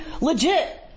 legit